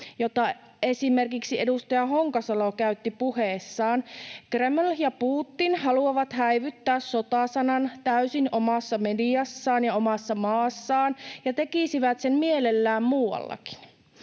jota esimerkiksi edustaja Honkasalo käytti puheessaan. Kreml ja Putin haluavat häivyttää sota-sanan täysin omassa mediassaan ja omassa maassaan ja tekisivät sen mielellään muuallakin.